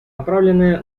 направленные